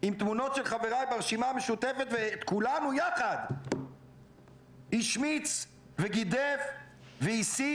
עם תמונות של חבריי ברשימה המשותפת ואת כולנו יחד השמיץ וגידף והסית